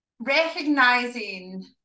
Recognizing